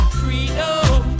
freedom